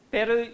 Pero